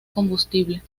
combustible